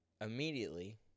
immediately